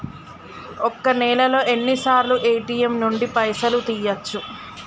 ఒక్క నెలలో ఎన్నిసార్లు ఏ.టి.ఎమ్ నుండి పైసలు తీయచ్చు?